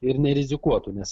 ir nerizikuotų nes